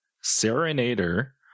Serenader